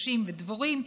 יתושים ודבורים,